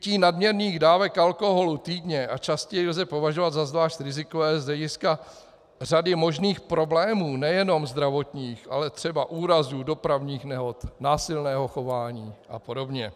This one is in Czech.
Pití nadměrných dávek alkoholu týdně a častěji lze považovat za zvlášť rizikové z hlediska řady možných problémů nejenom zdravotních, ale třeba úrazů, dopravních nehod, násilného chování a podobně.